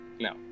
no